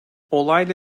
olayla